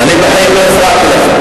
אני בחיים לא הפרעתי לך.